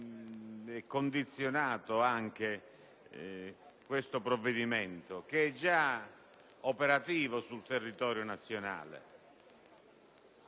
e condizionato questo provvedimento, che è già operativo sul territorio nazionale.